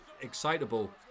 excitable